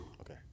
Okay